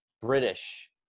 british